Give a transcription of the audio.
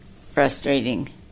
frustrating